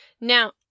Now